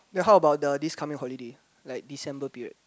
then like how about the this coming holiday like December period